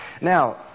Now